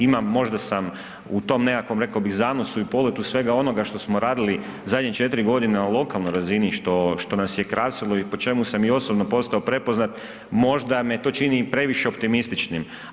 Imam, možda sam u tom nekakvom, reko bih, zanosu i poletu svega onoga što smo radili zadnje 4.g. na lokalnoj razini, što, što nas je krasilo i po čemu sam i osobno postao prepoznat, možda me to čini i previše optimističnim.